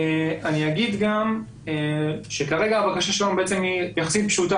אני אגיד גם שכרגע הבקשה שלנו היא יחסית פשוטה,